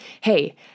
hey